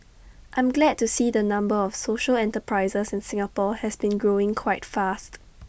I'm glad to see the number of social enterprises in Singapore has been growing quite fast